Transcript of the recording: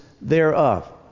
thereof